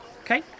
Okay